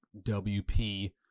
wp